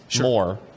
more